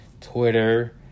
Twitter